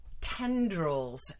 tendrils